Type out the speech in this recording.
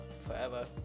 forever